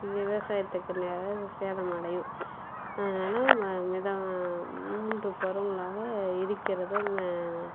விவசாயத்துக்கு நிறைய சேதம் அடையும் அதனால மித மூன்று பருவங்களாக இருக்கிறது